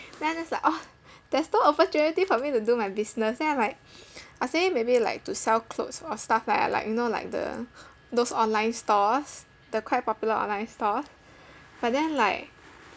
then I just like oh there's no opportunity for me to do my business then I'm like I was thinking maybe like to sell clothes or stuff that I like you know like the those online stores the quite popular online stores but then like